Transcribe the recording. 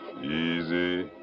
Easy